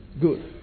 Good